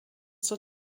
zur